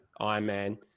Ironman